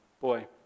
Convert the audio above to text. boy